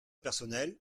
personnel